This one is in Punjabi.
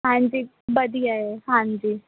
ਹਾਂਜੀ ਵਧੀਆ ਹੈ ਹਾਂਜੀ